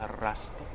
Rusty